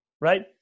Right